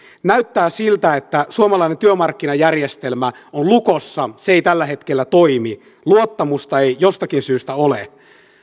näyttää siltä että suomalainen työmarkkinajärjestelmä on lukossa se ei tällä hetkellä toimi luottamusta ei jostakin syystä ole